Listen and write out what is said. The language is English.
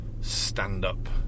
stand-up